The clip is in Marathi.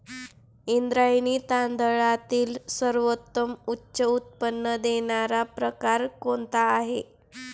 इंद्रायणी तांदळातील सर्वोत्तम उच्च उत्पन्न देणारा प्रकार कोणता आहे?